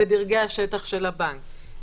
בדרגי השטח של הבנק.